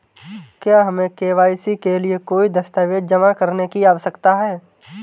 क्या हमें के.वाई.सी के लिए कोई दस्तावेज़ जमा करने की आवश्यकता है?